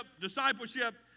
discipleship